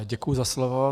Děkuji za slovo.